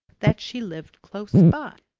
that she lived close by.